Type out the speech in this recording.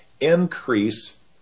increase